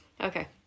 Okay